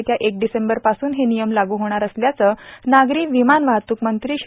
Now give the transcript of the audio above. येत्या एक डिसेंबर पासून हे नियम लागू होणार असल्याचं नागरी विमान वाहतूक मंत्री श्री